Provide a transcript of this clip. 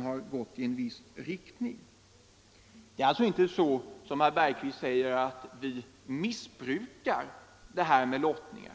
har gått i en viss riktning — och ibland för den delen även annars. Det förhåller sig alltså inte så som herr Bergqvist säger, att vi missbrukar systemet med lottningen.